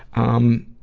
um,